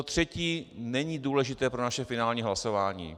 To třetí není důležité pro naše finální hlasování.